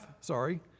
sorry